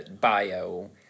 bio